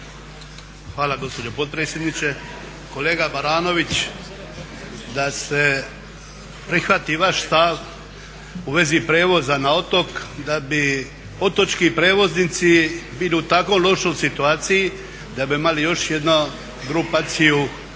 Hvala gospođo potpredsjednice. Kolega Baranović, da se prihvati vaš stav u vezi prijevoza na otok da bi otočki prijevoznici bili u tako lošoj situaciji da bi imali još jednu grupaciju